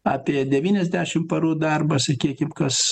apie devyniasdešimt parų darbo sakykim kas